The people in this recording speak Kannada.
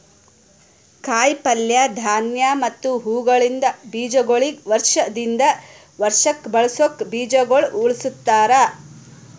ಕಾಯಿ ಪಲ್ಯ, ಧಾನ್ಯ ಮತ್ತ ಹೂವುಗೊಳಿಂದ್ ಬೀಜಗೊಳಿಗ್ ವರ್ಷ ದಿಂದ್ ವರ್ಷಕ್ ಬಳಸುಕ್ ಬೀಜಗೊಳ್ ಉಳುಸ್ತಾರ್